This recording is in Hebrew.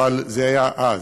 אבל זה היה אז.